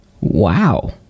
Wow